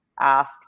asked